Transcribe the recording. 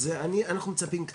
אז אנחנו מצפים,